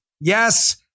Yes